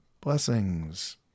blessings